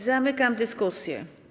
Zamykam dyskusję.